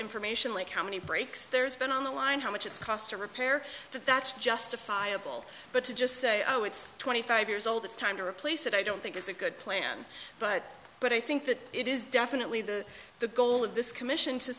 information like how many breaks there's been on the line how much it's cost to repair that that's justifiable but to just say oh it's twenty five years old it's time to replace it i don't think it's a good plan but but i think that it is definitely the the goal of this commission to